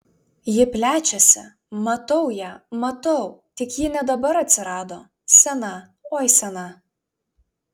ji plečiasi matau ją matau tik ji ne dabar atsirado sena oi sena